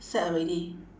set already